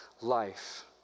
life